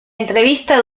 entrevista